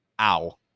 Ow